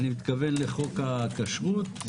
אני מתכוון לחוק הכשרות,